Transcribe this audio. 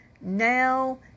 now